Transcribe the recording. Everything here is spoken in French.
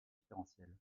différentielles